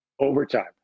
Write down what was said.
Overtime